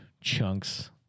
chunks